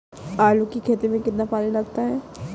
आलू की खेती में कितना पानी लगाते हैं?